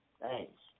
Thanks